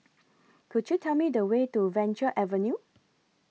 Could YOU Tell Me The Way to Venture Avenue